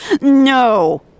No